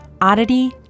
oddity